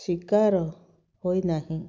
ଶିକାର ହୋଇନାହିଁ